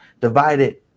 divided